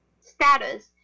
status